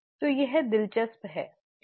तो यह दिलचस्प है